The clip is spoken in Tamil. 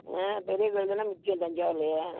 ஆ பெரிய கோயில் தானே முக்கியம் தஞ்சாவூர்லையே